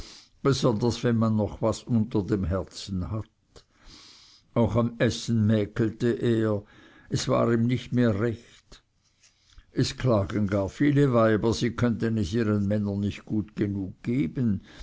besonders wenn man noch was unter dem herzen hat auch am essen mäkelte er es war ihm nicht mehr recht es klagen gar viele weiber sie könnten es ihren männern nicht gut genug geben